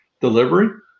delivery